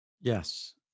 Yes